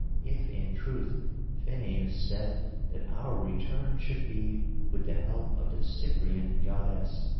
if in truth phineus said that our return should be with the help of the cyprian goddess.